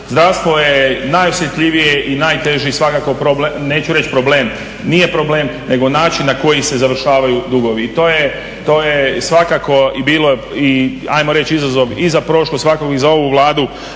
zdravstvo je najosjetljivije i najteži svakako problem, neću reći problem, nije problem nego način na koji se završavaju dugovi. To je svakako bilo ajmo reći izazov i za prošlu a svakako i za ovu Vladu,